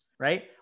right